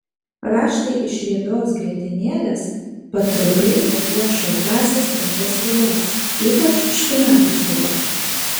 raštai iš riebios grietinėlės patraukliai papuoš šaltąsias trintas sriubas ypač špinatų sriubą